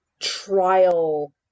trial